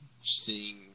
seeing